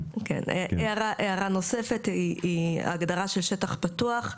הערה נוספת היא ההגדרה של שטח פתוח.